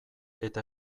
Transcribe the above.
eta